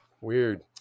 Weird